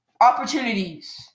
opportunities